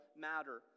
matter